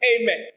Amen